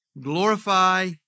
Glorify